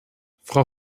frau